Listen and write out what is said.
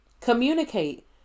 Communicate